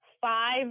five